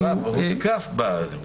מעורב, הוא הוכה קשות.